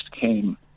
came